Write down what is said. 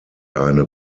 eine